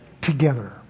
together